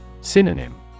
Synonym